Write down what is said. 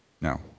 No